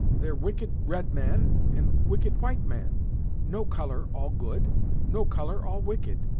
there wicked red man, and wicked white man no colour all good no colour all wicked.